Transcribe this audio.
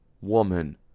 Woman